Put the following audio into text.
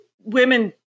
women